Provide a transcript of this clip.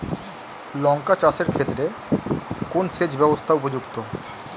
লঙ্কা চাষের ক্ষেত্রে কোন সেচব্যবস্থা উপযুক্ত?